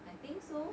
I think so